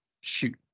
shoot